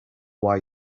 why